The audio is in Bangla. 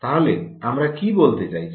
তাহলে আমরা কী বলতে চাইছি